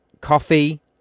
coffee